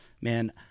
man